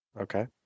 Okay